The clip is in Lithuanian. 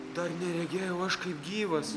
dar neregėjau aš kaip gyvas